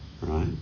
right